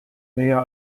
näher